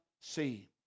see